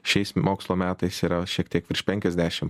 šiais mokslo metais yra šiek tiek virš penkiasdešim